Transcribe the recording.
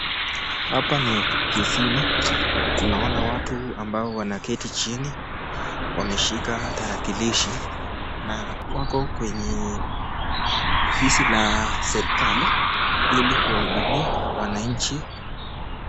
Hapa ni ofisini, tunaona watu ambao wanaketi chini ,wameshika tarakilishi ,na wako kwenye ofisi la serekali ili kuwahudumia wananchi.....